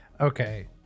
Okay